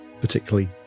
particularly